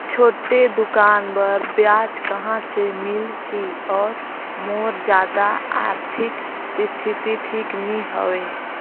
छोटे दुकान बर ब्याज कहा से मिल ही और मोर जादा आरथिक स्थिति ठीक नी हवे?